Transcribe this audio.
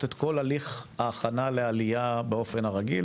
את כל הליך ההכנה לעלייה באופן הרגיל,